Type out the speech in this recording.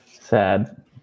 Sad